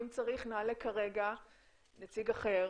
אם צריך נעלה כרגע נציג אחר